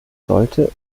sollte